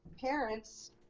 parents